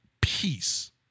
peace